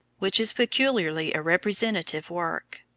which is peculiarly a representative work.